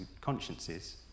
consciences